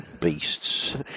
beasts